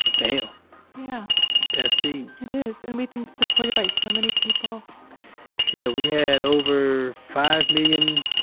damn yeah that's deep it is, and we've been supported by so many people yeah. we had over five million,